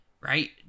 Right